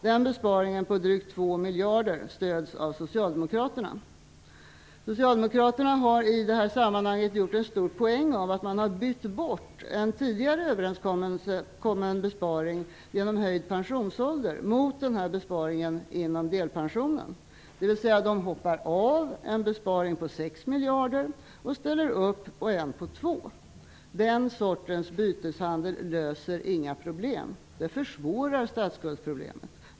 Den besparingen på drygt 2 miljarder stöds av Socialdemokraterna har i detta sammanhang gjort en stor poäng av att man har bytt bort en tidigare överenskommen besparing genom höjd pensionsålder mot denna besparing inom delpensionen, dvs. de hoppar av en besparing på 6 miljarder och ställer upp på en på 2 miljarder. Den sortens byteshandel löser inga problem. Den förvärrar statsskuldsproblemet.